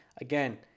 Again